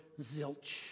zilch